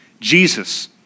Jesus